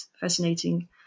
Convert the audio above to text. fascinating